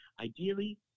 Ideally